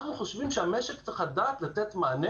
אנחנו חושבים שהמשק צריך לדעת לתת מענה